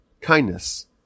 kindness